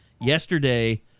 yesterday